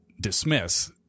dismiss